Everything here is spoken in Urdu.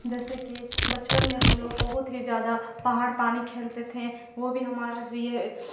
جیسے کہ بچپن میں ہم لوگ بہت ہی زیادہ پہاڑ پانی کھیلتے تھے وہ بھی ہمارا ر یہ